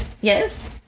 Yes